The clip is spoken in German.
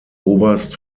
oberst